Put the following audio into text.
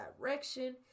direction